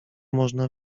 można